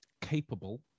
capable